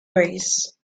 race